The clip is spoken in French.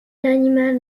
l’animal